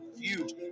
Huge